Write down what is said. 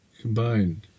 combined